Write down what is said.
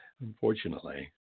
unfortunately